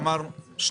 כן.